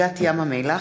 השבועי,